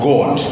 God